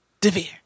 Devere